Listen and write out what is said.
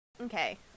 Okay